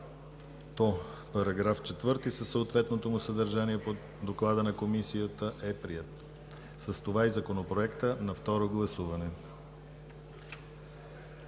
съдържащо § 4 със съответното му съдържание по доклада на Комисията е приет, а с това и Законопроектът на второ гласуване.